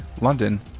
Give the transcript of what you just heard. London